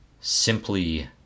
simply